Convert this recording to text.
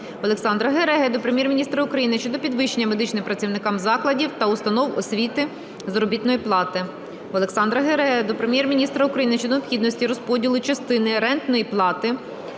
Олександра Гереги до Прем'єр-міністра України щодо підвищення медичним працівникам закладів та установ освіти заробітної плати. Олександра Гереги до Прем'єр-міністра України щодо необхідності розподілу частини рентної плати